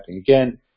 Again